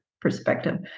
perspective